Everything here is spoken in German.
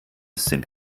sind